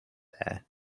there